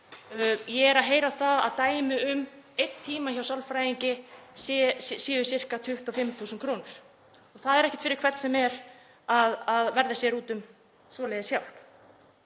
Ég er að heyra dæmi um að einn tími hjá sálfræðingi séu sirka 25.000 kr. og það er ekki fyrir hvern sem er að verða sér úti um svoleiðis hjálp.